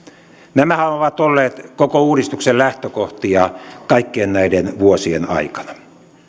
nämä ovat olleet koko uudistuksen lähtökohtia kaikkien näiden vuosien aikana